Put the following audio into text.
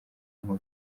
nkuru